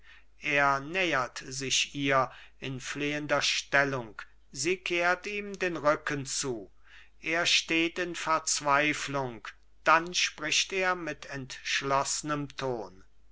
er nähert sich ihr in flehender stellung sie kehrt ihm den rücken zu er steht in verzweiflung dann spricht er mit entschloßnem ton